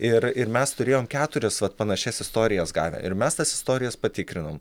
ir ir mes turėjom keturias vat panašias istorijas gavę ir mes tas istorijas patikrinom